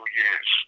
years